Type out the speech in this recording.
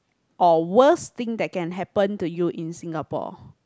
or worst thing that can happen to you in Singapore